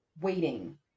waiting